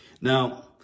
Now